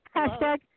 Hashtag